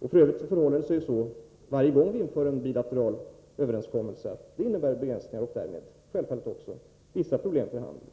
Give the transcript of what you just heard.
22 mars 1984 F. ö. förhåller det sig så att varje gång vi inför en bilateral överenskommelse innebär det begränsningar och därmed också vissa problem för handeln.